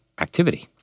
activity